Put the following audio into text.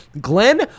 Glenn